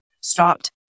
stopped